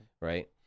Right